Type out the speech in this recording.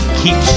keep